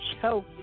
show